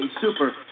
super